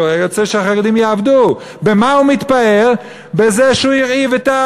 הרי הוא רוצה שחרדים יעבדו.